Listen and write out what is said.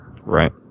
Right